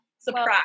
surprise